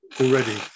already